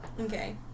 Okay